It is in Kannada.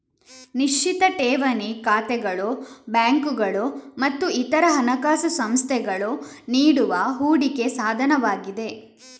ನಿಶ್ಚಿತ ಠೇವಣಿ ಖಾತೆಗಳು ಬ್ಯಾಂಕುಗಳು ಮತ್ತು ಇತರ ಹಣಕಾಸು ಸಂಸ್ಥೆಗಳು ನೀಡುವ ಹೂಡಿಕೆ ಸಾಧನವಾಗಿದೆ